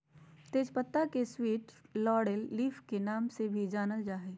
तेज पत्ता के स्वीट लॉरेल लीफ के नाम से भी जानल जा हइ